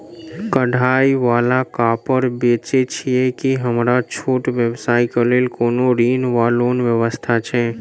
कढ़ाई वला कापड़ बेचै छीयै की हमरा छोट व्यवसाय केँ लेल कोनो ऋण वा लोन व्यवस्था छै?